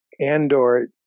Andor